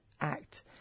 Act